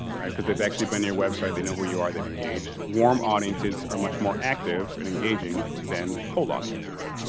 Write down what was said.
alright, because they've actually been to your website, they know who you are, they've engaged. warm audiences are much more active and engaging than cold audiences.